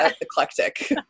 eclectic